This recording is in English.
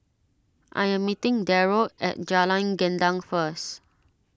I am meeting Derald at Jalan Gendang first